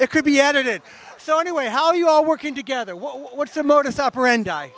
it could be edited so anyway how you all working together what's the modus operandi